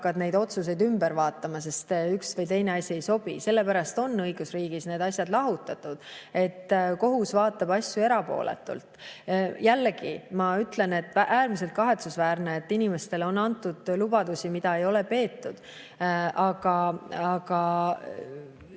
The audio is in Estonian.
neid otsuseid ümber vaatama, sest üks või teine asi ei sobi. Sellepärast on õigusriigis need asjad lahutatud, et kohus vaatab asju erapooletult. Jällegi ma ütlen, et on äärmiselt kahetsusväärne, et inimestele on antud lubadusi, mida ei ole peetud, aga